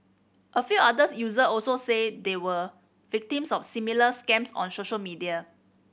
a few others user also said they were victims of similar scams on social media